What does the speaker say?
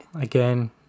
Again